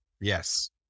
Yes